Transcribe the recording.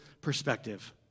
perspective